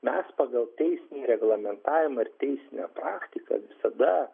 mes pagal teisinį reglamentavimą ir teisminę praktiką visada